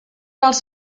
els